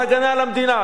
זה הגנה על המדינה.